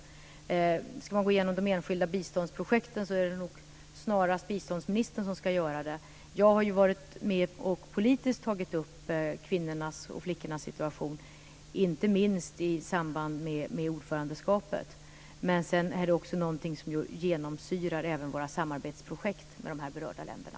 Om vi ska gå igenom de enskilda biståndsprojekten är det snarare biståndsministern som ska göra det. Jag har varit med i politiska sammanhang och tagit upp kvinnornas och flickornas situation, inte minst i samband med ordförandeskapet. Men sedan är det något som genomsyrar även våra samarbetsprojekt med de berörda länderna.